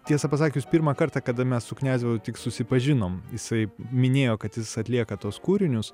tiesą pasakius pirmą kartą kada mes su kniazevu tik susipažinom jisai minėjo kad jis atlieka tuos kūrinius